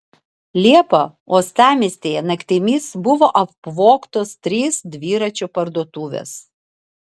liepą uostamiestyje naktimis buvo apvogtos trys dviračių parduotuvės